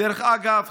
דרך אגב,